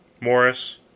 Morris